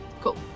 cool